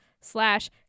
slash